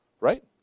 Right